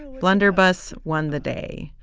blunderbuss won the day.